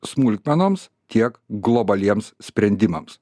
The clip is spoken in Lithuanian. smulkmenoms tiek globaliems sprendimams